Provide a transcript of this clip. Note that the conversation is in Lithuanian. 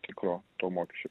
tikro to mokesčio